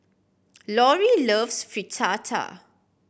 Lorie loves Fritada